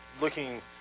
looking